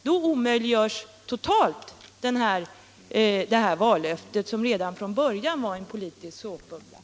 Då omöjliggörs totalt det här vallöftet, som redan från början var en politisk såpbubbla.